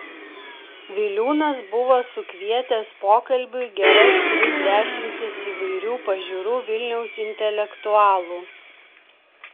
viliūnas buvo sukvietęs pokalbiui geras tris dešimtis įvairių pažiūrų vilniaus intelektualų